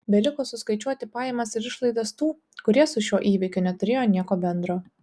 beliko suskaičiuoti pajamas ir išlaidas tų kurie su šiuo įvykiu neturėjo nieko bendro